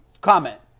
comment